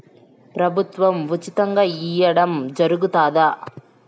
ప్రభుత్వం ఉచితంగా ఇయ్యడం జరుగుతాదా?